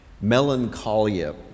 melancholia